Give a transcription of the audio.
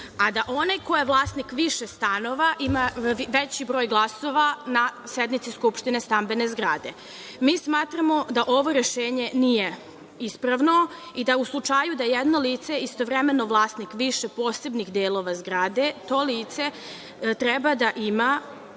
a da onaj ko je vlasnik više stanova ima veći broj glasova na sednici skupštine stambene zgrade. Mi smatramo da ovo rešenje nije ispravno i da u slučaju da je jedno lice istovremeno vlasnik više posebnih delova zgrade, to lice ne treba da ima